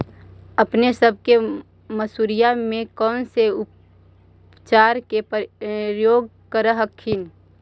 अपने सब मसुरिया मे कौन से उपचार के प्रयोग कर हखिन?